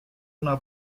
una